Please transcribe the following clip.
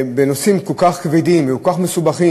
בנושאים כל כך כבדים וכל כך מסובכים,